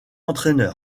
entraîneur